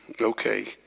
Okay